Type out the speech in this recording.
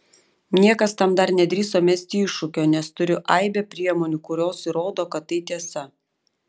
niekas tam dar nedrįso mesti iššūkio nes turiu aibę priemonių kurios įrodo kad tai tiesa